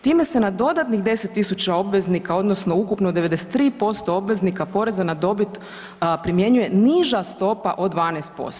Time se na dodatnih 10 000 obveznika odnosno ukupno 93% obveznika poreza na dobit primjenjuje niža stopa od 12%